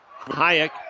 Hayek